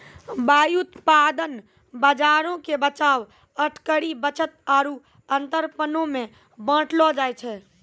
व्युत्पादन बजारो के बचाव, अटकरी, बचत आरु अंतरपनो मे बांटलो जाय छै